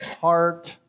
heart